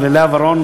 וללאה ורון,